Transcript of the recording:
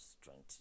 strength